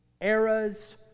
eras